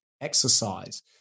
exercise